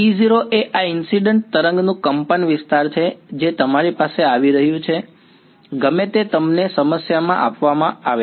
E0 એ આ incident તરંગનું કંપનવિસ્તાર છે જે તમારી પાસે આવી રહ્યું છે ગમે તે તમને સમસ્યામાં આપવામાં આવે છે